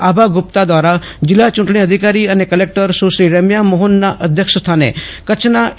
આભા ગુપ્તા દ્વારા જિલ્લા ચૂંટણી અધિકારી અને કલેકટર શ્રીમતી રેમ્યા મોહનના અધ્યક્ષસ્થાને કચ્છના એ